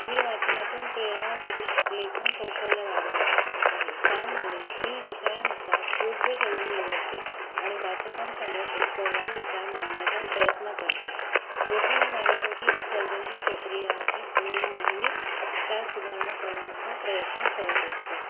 मी वाचनातून प्रेरणा घेत लेखन कौशल्य वाढवत आहे त्यामुळे मी विषयानुसार योग्य शैली निवडते आणि वाचकांसमोर एक प्रभावी विचार मांडण्याचा प्रयत्न करते लेखन हे माझ्यासाठी एक सर्जनशील प्रक्रिया आहे आणि मी नेहमीच त्यात सुधारणा करण्याचा प्रयत्न करत असते